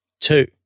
two